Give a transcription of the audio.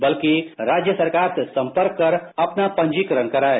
बलकि राज्य सरकार से संपर्क कर अपना पंजीकरण कराएं